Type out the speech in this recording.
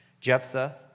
Jephthah